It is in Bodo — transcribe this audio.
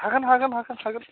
हागोन हागोन हागोन हागोन